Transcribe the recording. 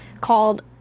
called